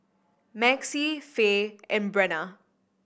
Maxie Fae and Brenna